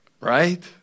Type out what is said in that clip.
right